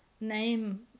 name